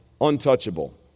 untouchable